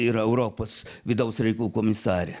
yra europos vidaus reikalų komisarė